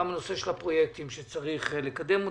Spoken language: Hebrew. גם הנושא של הפרויקטים שצריך לקדם אותם.